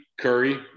Curry